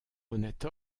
honnête